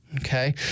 Okay